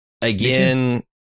Again